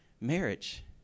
Marriage